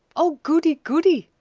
oh, goody, goody!